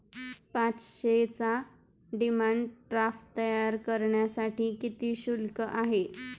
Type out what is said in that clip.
पाचशेचा demand draft तयार करण्यासाठी किती शुल्क आहे?